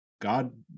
God